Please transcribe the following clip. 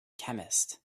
alchemist